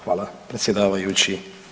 Hvala predsjedavajući.